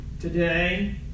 today